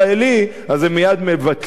אז הם מייד מבטלים את זה.